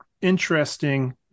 interesting